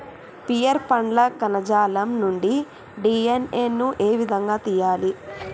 Pear పండ్ల కణజాలం నుండి డి.ఎన్.ఎ ను ఏ విధంగా తియ్యాలి?